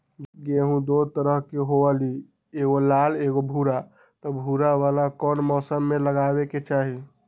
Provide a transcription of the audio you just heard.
गेंहू दो तरह के होअ ली एगो लाल एगो भूरा त भूरा वाला कौन मौसम मे लगाबे के चाहि?